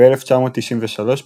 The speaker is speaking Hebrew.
ב-1993,